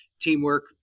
Teamwork